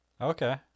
Okay